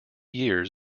years